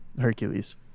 Hercules